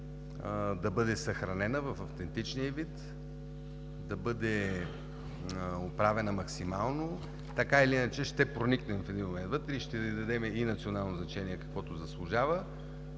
да бъде съхранена в автентичния ѝ вид, да бъде оправена максимално. Така или иначе ще проникнем в един момент и ще ѝ отдадем националното значение, което заслужава.